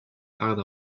hard